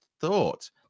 thought